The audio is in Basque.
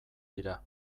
dira